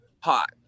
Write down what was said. hot